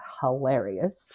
hilarious